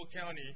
County